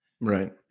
Right